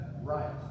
right